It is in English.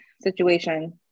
situation